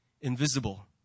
invisible